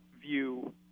view